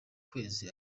kwezi